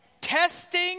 testing